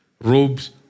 robes